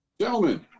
gentlemen